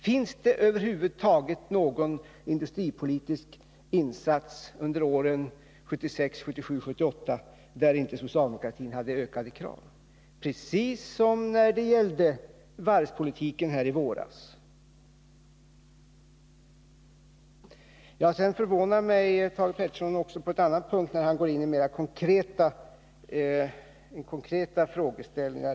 Finns det över huvud taget någon industripolitisk insats under åren 1976, 1977 och 1978 där inte socialdemokraterna hade ökade krav, precis som när det gällde varvspolitiken här i våras? Thage Peterson förvånar mig också på en annan punkt, när han går in i mera konkreta frågeställningar.